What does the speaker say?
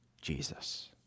Jesus